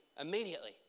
Immediately